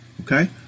okay